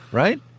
right?